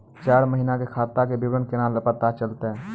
चार महिना के खाता के विवरण केना पता चलतै?